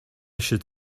should